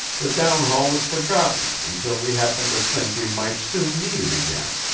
the downhaul was forgotten until we happened to think we might soon need it again.